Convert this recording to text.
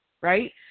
right